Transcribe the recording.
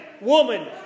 woman